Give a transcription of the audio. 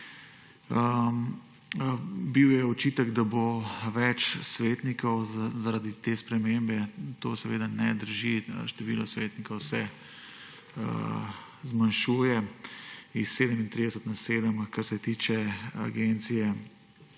Bil je očitek, da bo več svetnikov zaradi te spremembe. To seveda ne drži. Število svetnikov se zmanjšuje s 37 na 7, kar se tiče agencije